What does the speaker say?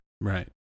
Right